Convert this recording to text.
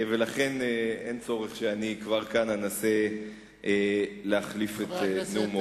ולכן אין צורך שאני כבר כאן אנסה להחליף את נאומו.